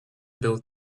build